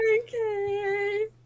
Okay